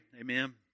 Amen